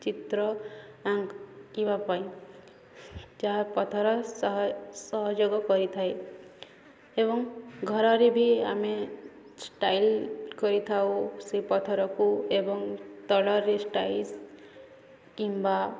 ଚିତ୍ର ଆଙ୍କିବା ପାଇଁ ଯାହା ପଥର ସହ ସହଯୋଗ କରିଥାଏ ଏବଂ ଘରରେ ବି ଆମେ ଷ୍ଟାଇଲ କରିଥାଉ ସେ ପଥରକୁ ଏବଂ ତଳରେ ଷ୍ଟାଇଲ କିମ୍ବା